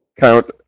count